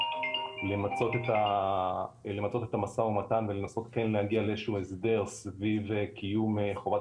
למצות את המשא ומתן ולנסות כן להגיע לאיזשהו הסדר סביב קיום חובת